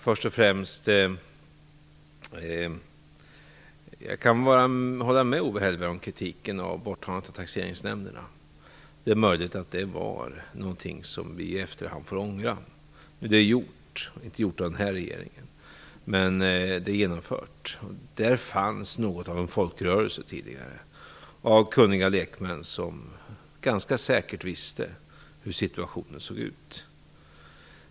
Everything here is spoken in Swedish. Först och främst kan jag hålla med Owe Hellberg om kritiken av borttagandet av taxeringsnämnderna. Det är möjligt att det var någonting som vi i efterhand får ångra, men det är gjort, inte gjort av den här regeringen men genomfört. Där fanns något av en folkrörelse tidigare av kunniga lekmän som ganska säkert visste hur situationen såg ut.